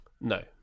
no